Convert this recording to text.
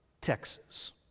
Texas